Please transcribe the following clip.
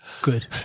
good